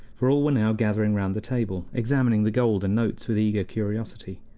for all were now gathering round the table, examining the gold and notes with eager curiosity.